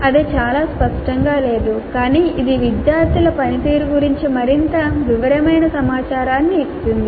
అది చాలా స్పష్టంగా లేదు కానీ ఇది విద్యార్థుల పనితీరు గురించి మరింత వివరమైన సమాచారాన్ని ఇస్తుంది